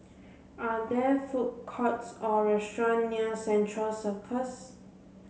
are there food courts or restaurants near Central Circus